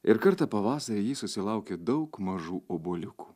ir kartą pavasarį ji susilaukė daug mažų obuoliukų